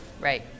Right